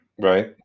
Right